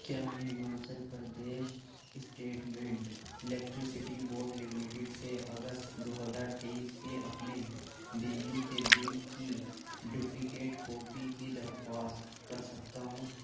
کیا میں Himachal Pradesh statement electricity board limited سے اگست دو ہزار تیئیس کے اپنے بجلی کے بل کی ڈپلیکیٹ کاپی کی درخواست کر سکتا ہوں